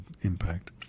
impact